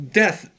death